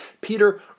Peter